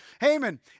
Haman